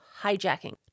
hijacking